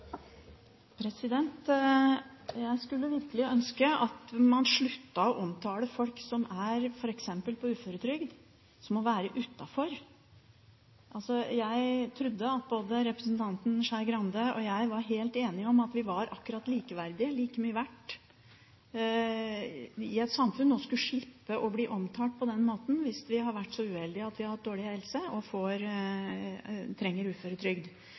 Jeg skulle virkelig ønske at man sluttet å omtale folk som f.eks. er på uføretrygd, som å være utenfor. Jeg trodde at både representanten Skei Grande og jeg var helt enige om at vi var likeverdige, akkurat like mye verdt, i et samfunn, og skulle slippe å bli omtalt på den måten hvis vi har vært så uheldige at vi har hatt dårlig helse og trenger uføretrygd.